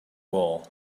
all